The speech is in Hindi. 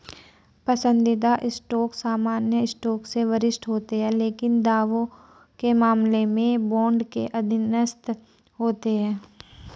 पसंदीदा स्टॉक सामान्य स्टॉक से वरिष्ठ होते हैं लेकिन दावों के मामले में बॉन्ड के अधीनस्थ होते हैं